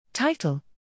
Title